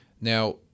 Now